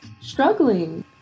struggling